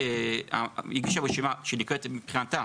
לפעמים הגישה רשימה שהיא נקראת מבחינתה,